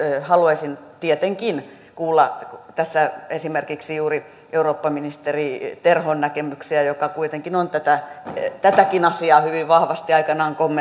haluaisin tietenkin kuulla tässä esimerkiksi juuri eurooppaministeri terhon näkemyksiä joka kuitenkin on tätäkin asiaa hyvin vahvasti aikanaan kommentoinut